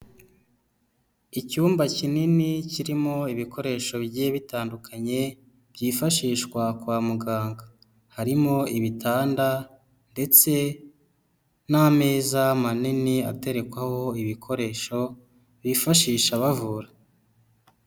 Icyumba kinini kirimo ibikoresho bigiye bitandukanye byifashishwa kwa muganga. Harimo ibitanda ndetse n'ameza manini aterekwaho ibikoresho bifashisha bavura.